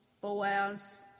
Boaz